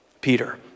Peter